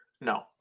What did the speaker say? No